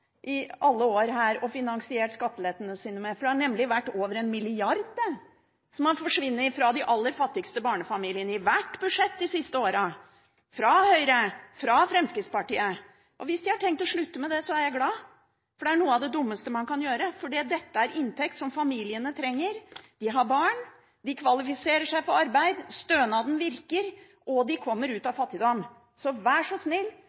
i alle år, og finansiert skattelettene sine med. Det har nemlig vært verdt over 1 mrd. kr, det – som har forsvunnet fra de aller fattigste barnefamiliene i hvert budsjett de siste åra, fra Høyre, fra Fremskrittspartiet. Hvis de har tenkt å slutte med det, er jeg glad, for det er noe av det dummeste man kan gjøre. Dette er inntekt som familiene trenger. De har barn. De kvalifiserer seg for arbeid, stønaden virker, og de kommer ut av fattigdom. Så vær så snill